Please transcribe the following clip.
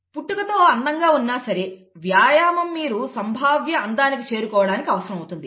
పుట్టుకతో అందంగా ఉన్నా సరే వ్యాయామం మీరు సంభావ్య అందానికి చేరుకోవడానికి అవసరమవుతుంది